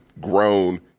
grown